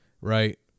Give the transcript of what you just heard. Right